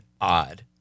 odd